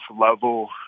level